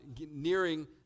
nearing